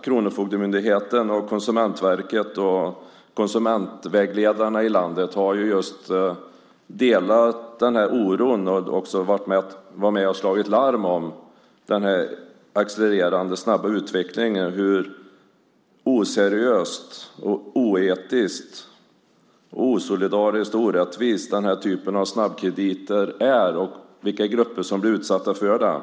Kronofogdemyndigheten, Konsumentverket och konsumentvägledarna i landet delar oron och har varit med om att slå larm om den snabba och accelererande utvecklingen, om hur oseriösa, oetiska, osolidariska och orättvisa snabbkrediter av den här typen är och om vilka grupper som blir utsatta för detta.